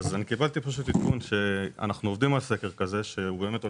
עובדים על סקר כזה שהולך להתפרסם.